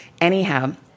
Anyhow